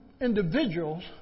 Individuals